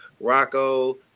Rocco